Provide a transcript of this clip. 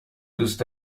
دوست